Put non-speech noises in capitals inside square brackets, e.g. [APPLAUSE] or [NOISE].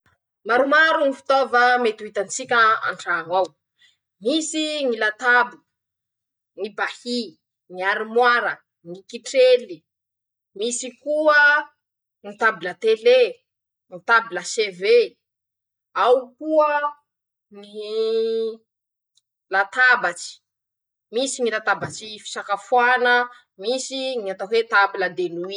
.<...>Maromaro ñy fitaova mety ho hitatsika antraño. [SHUSHES] ao: -Misy ñy latabo, ñy bahy, ñ'arimoara, ñy kitrely, misy koa ñy tabla tele, ñy tabila sevé, ao koa [HESITATION] latabatsy: misy ñy latabatsy. [SHUSHES] fisakafoana, misy ñy atao hoe tabla de nuit.